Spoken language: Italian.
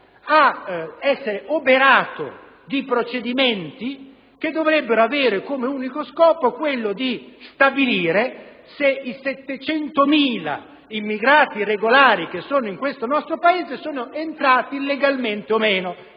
ad essere oberato di procedimenti che avrebbero come unico scopo quello di stabilire se gli oltre 700.000 immigrati irregolari che sono in Italia sono entrati legalmente o meno.